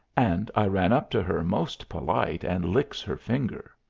and i ran up to her most polite, and licks her fingers,